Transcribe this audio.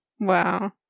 Wow